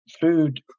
food